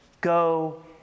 go